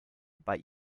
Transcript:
bei